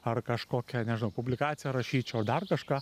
ar kažkokią nežinau publikaciją rašyčiau dar kažką